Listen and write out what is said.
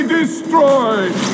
destroyed